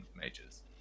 mages